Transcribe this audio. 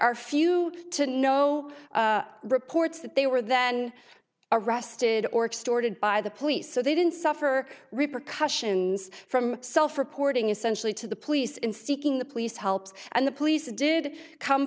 are few to no reports that they were then arrested or extorted by the police so they didn't suffer repercussions from reporting essentially to the police in seeking the police help and the police did come